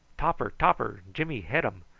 topper, topper, jimmy head um.